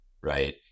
right